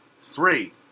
Three